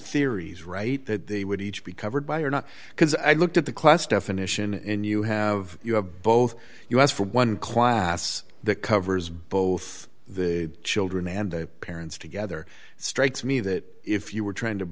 firies right that they would each be covered by or not because i looked at the class definition in you have you have both you asked for one class that covers both the children and the parents together it strikes me that if you were trying to